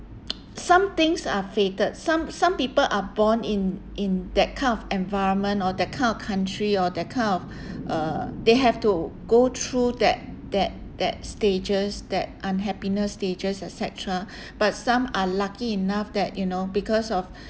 some things are fated some some people are born in in that kind of environment or that kind of country or that kind of uh they have to go through that that that stages that unhappiness stages et cetera but some are lucky enough that you know because of